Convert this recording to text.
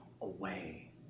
away